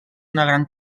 gran